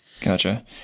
gotcha